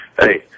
Hey